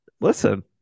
Listen